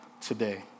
today